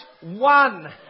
one